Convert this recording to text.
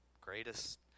greatest